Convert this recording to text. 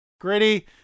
Gritty